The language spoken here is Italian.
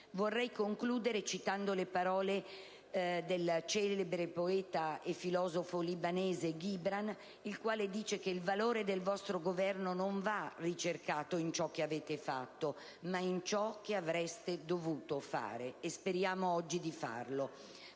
Vorrei concludere citando le parole del celebre poeta e filosofo libanese Gibran, il quale dice: «Il valore del vostro Governo non va ricercato in ciò che avete fatto, ma in ciò che avreste dovuto fare». Speriamo di farlo